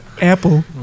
Apple